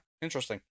interesting